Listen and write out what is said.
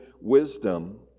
wisdom